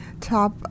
top